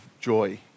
joy